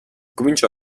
cominciò